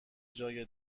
جای